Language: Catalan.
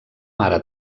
mare